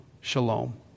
shalom